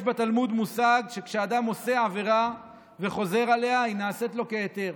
יש בתלמוד מושג שכשאדם עושה עבירה וחוזר עליה היא נעשית לו כהיתר.